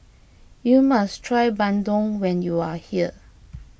you must try Bandung when you are here